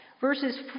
verses